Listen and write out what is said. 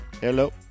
Hello